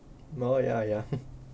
no ya ya